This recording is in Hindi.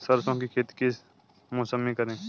सरसों की खेती किस मौसम में करें?